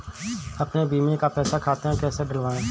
अपने बीमा का पैसा खाते में कैसे डलवाए?